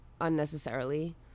unnecessarily